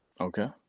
Okay